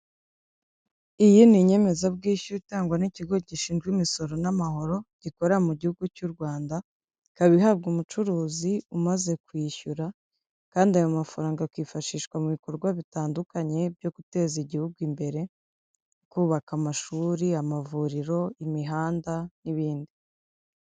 Iyi ni inyemezabwishyu utangwa n'ikigo gishinzwe imisoro n'amahoro, gikorera mu gihugu cy'u Rwanda, ikaba ihabwa umucuruzi umaze kwishyura kandi ayo mafaranga akifashishwa mu bikorwa bitandukanye byo guteza igihugu imbere, kubaka amashuri, amavuriro, imihanda n'ibindi.